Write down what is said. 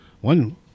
one